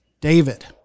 David